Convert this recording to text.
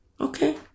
Okay